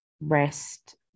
rest